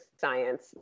science